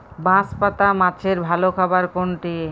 বাঁশপাতা মাছের ভালো খাবার কোনটি?